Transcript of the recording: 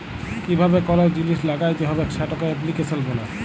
কিভাবে কল জিলিস ল্যাগ্যাইতে হবেক সেটকে এপ্লিক্যাশল ব্যলে